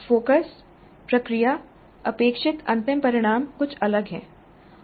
focus प्रक्रिया अपेक्षित अंतिम परिणाम कुछ अलग हैं